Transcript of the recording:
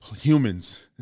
humans